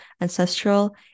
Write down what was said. ancestral